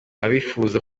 abifuza